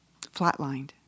flatlined